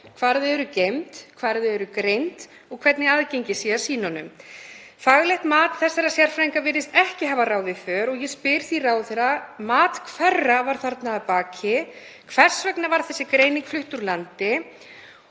hvar þau séu geymd og greind og hvernig aðgengi sé að sýnunum. Faglegt mat þessara sérfræðinga virðist ekki hafa ráðið för. Ég spyr því ráðherra: Mat hverra var þarna að baki? Hvers vegna varð þessi greining flutt úr landi?